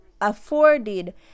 afforded